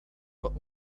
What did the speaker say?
but